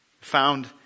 Found